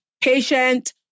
patient